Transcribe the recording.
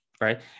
right